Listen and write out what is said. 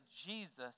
Jesus